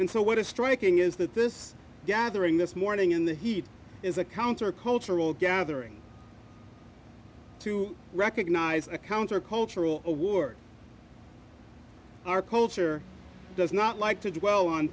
and so what is striking is that this gathering this morning in the heat is a counter cultural gathering to recognize a counter cultural a war our culture does not like to dwell on